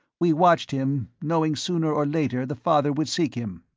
we watched him, knowing sooner or later the father would seek him.